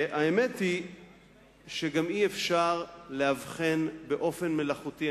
האמת היא שגם אי-אפשר להבחין באופן מלאכותי.